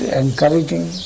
encouraging